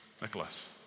Nicholas